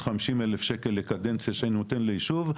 חמישים אלף שקל לקדנציה שאני נותן לישוב,